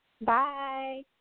Bye